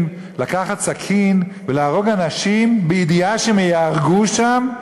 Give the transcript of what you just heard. לקחת סכין ולהרוג אנשים בידיעה שהם ייהרגו שם.